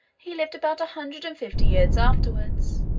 he lived about a hundred and fifty years afterwards,